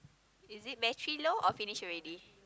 is it battery low or finish already